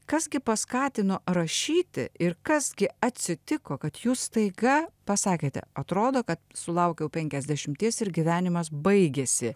kas gi paskatino rašyti ir kas gi atsitiko kad jūs staiga pasakėte atrodo kad sulaukiau penkiasdešimties ir gyvenimas baigėsi